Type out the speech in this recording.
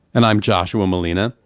and i'm joshua malina.